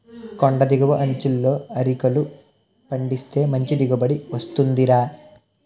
కొండి దిగువ అంచులలో అరికలు పండిస్తే మంచి దిగుబడి వస్తుందిరా